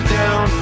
down